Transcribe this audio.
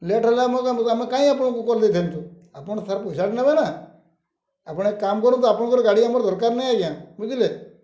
late ହେଲା ଆମ ଆମେ କାହିଁ ଆପଣଙ୍କୁ କରିଦେଇଥାନ୍ତୁ ଆପଣ ପଇସାଟେ ନେବେ ନା ଆପଣ କାମ କରନ୍ତୁ ଆପଣଙ୍କର ଗାଡ଼ି ଆମର ଦରକାର ନାହିଁ ଆଜ୍ଞା ବୁଝିଲେ